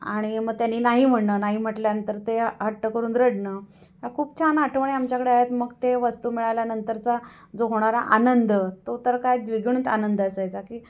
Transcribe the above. आणि मग त्यांनी नाही म्हणणं नाही म्हटल्यानंतर ते हट्ट करून रडणं ह्या खूप छान आठवणी आमच्याकडे आहेत मग ते वस्तू मिळाल्या नंतरचा जो होणारा आनंद तो तर काय द्विगुणीत आनंद असायचा की